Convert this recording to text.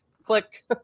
click